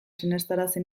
sinestarazi